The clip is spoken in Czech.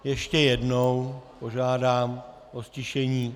Ještě jednou požádám o ztišení.